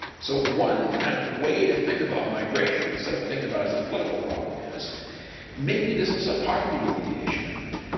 so one kind of way to think about migration, instead of thinking about it as a political problem, is maybe this is a poverty alleviation effort.